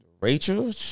Rachel